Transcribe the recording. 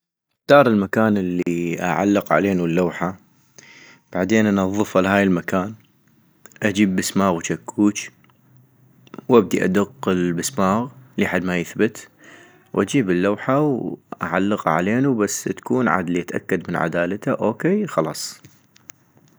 اختار المكان الي أعلق علينو اللوحة - بعدين انظفا لهاي المكان- اجيب بسماغ وجكوج ، وابدي ادق البسماغ لي حد ما يثبت، واجيب اللوحة واعلقا علينو بس تكون عدلي ، اتأكد من عدالتا اوكي خلص